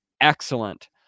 excellent